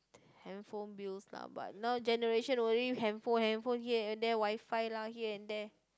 handphone bills lah but now generation worry handphone handphone here and there Wi-Fi lah here and there